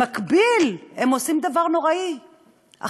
במקביל הם עושים דבר נורא אחר,